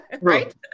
right